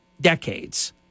decades